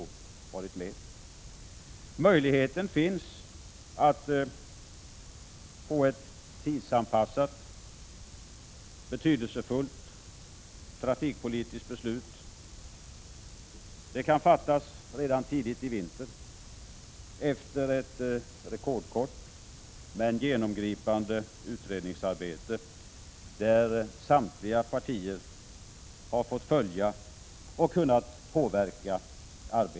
Det finns möjligheter att få till stånd ett betydelsefullt, väl tidsanpassat trafikpolitiskt beslut. Det kan fattas redan tidigt i vinter, efter ett rekordkort men genomgripande utredningsarbete, som samtliga partier har fått följa och kunnat påverka.